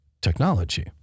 technology